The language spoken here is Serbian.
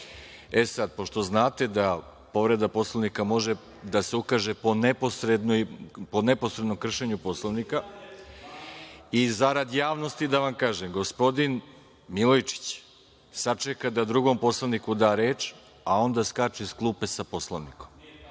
sad, pošto znate da povreda Poslovnika može da se ukaže po neposrednom kršenju Poslovnika i zarad javnosti da vam kažem. Gospodin Milojičić, sačeka da drugom poslaniku da reč, a onda skače iz klupe sa Poslovnikom…(Radoslav